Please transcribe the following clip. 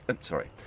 Sorry